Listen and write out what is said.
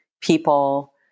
people